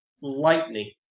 lightning